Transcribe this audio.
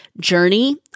journey